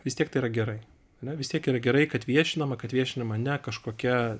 vis tiek tai yra gerai ne vis tiek yra gerai kad viešinama kad viešinima ne kažkokia